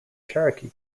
cherokee